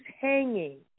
hanging